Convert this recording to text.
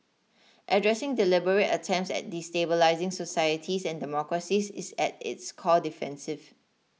addressing deliberate attempts at destabilising societies and democracies is at its core defensive